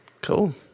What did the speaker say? Cool